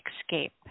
escape